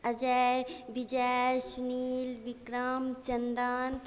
Ajay Vijay Sunil Vikram Chandan